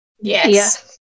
Yes